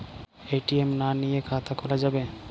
ATM না নিয়ে খাতা খোলা যাবে?